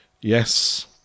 Yes